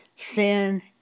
Sin